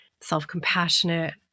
self-compassionate